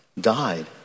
died